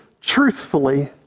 truthfully